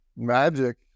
Magic